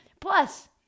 Plus